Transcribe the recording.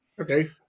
okay